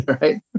Right